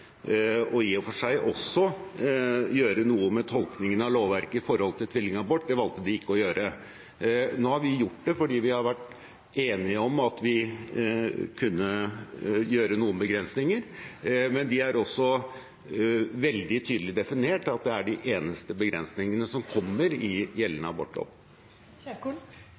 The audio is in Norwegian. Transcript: og i og for seg også gjøre noe med tolkningen av lovverket i forhold til tvillingabort. Det valgte de ikke å gjøre. Nå har vi gjort det fordi vi har vært enige om at vi kunne gjøre noen begrensninger, men vi har også veldig tydelig definert at det er de eneste begrensningene som kommer i gjeldende